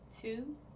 two